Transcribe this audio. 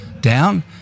down